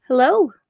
hello